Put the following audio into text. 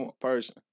person